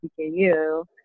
PKU